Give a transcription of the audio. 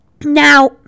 Now